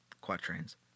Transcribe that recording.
quatrains